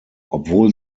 obwohl